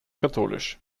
katholisch